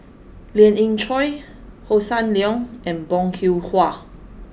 Lien Ying Chow Hossan Leong and Bong Hiong Hwa